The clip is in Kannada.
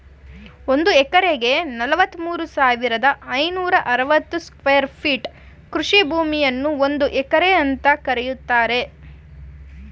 ಒಂದ್ ಎಕರೆಗೆ ನಲವತ್ಮೂರು ಸಾವಿರದ ಐನೂರ ಅರವತ್ತು ಸ್ಕ್ವೇರ್ ಫೀಟ್ ಕೃಷಿ ಭೂಮಿಯನ್ನು ಒಂದು ಎಕರೆ ಅಂತ ಕರೀತಾರೆ